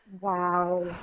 Wow